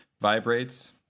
vibrates